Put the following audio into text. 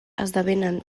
esdevenen